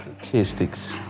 Statistics